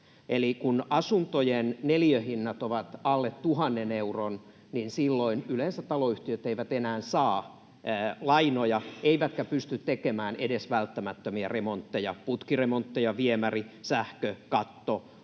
kun asuntojen neliöhinnat ovat alle tuhannen euron, silloin yleensä taloyhtiöt eivät enää saa lainoja eivätkä pysty tekemään edes välttämättömiä remontteja — putki-, viemäri-, sähkö-, katto-,